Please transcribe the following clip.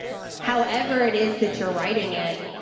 however it is that you're writing it,